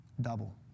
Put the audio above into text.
Double